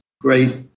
Great